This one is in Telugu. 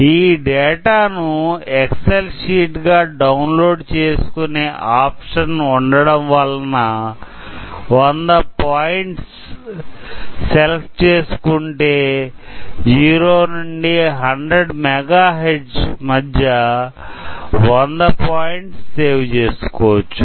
ఈ డేటా ను ఎక్సెల్ షీట్ గా డౌన్లోడ్ చేసుకొనే ఆప్షన్ ఉండడం వలన 100 పాయింట్స్ సెలెక్ట్ చేసుకొంటే 0 నుండి 100 Mega Hertz మధ్య 100 పాయింట్స్ సేవ్ చేసుకోవచ్చు